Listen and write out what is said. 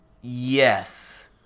Yes